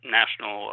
national